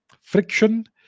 friction